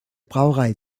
brauerei